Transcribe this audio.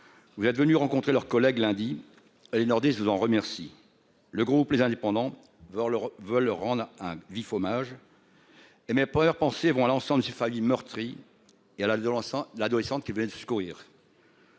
Vous êtes venu rencontrer leurs collègues lundi et les Nordistes vous en remercie. Le groupe les indépendants veulent veulent rendre un vif hommage. Et mais Power leurs pensées vont à l'ensemble de ces familles meurtries et à l'âge de l'encens l'adolescente qui avait le secourir.